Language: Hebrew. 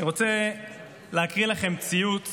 אני רוצה להקריא לכם ציוץ